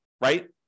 right